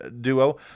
duo